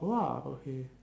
go out okay